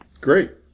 Great